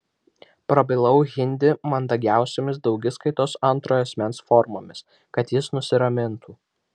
prabilau hindi mandagiausiomis daugiskaitos antrojo asmens formomis kad jis nusiramintų